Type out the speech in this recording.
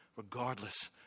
regardless